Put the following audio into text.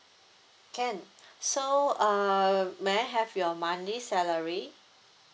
can so uh may I have your monthly salary